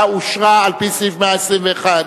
חקירה בין הפרקליטות לתביעה המשטרתית) (תיקון מס' 64),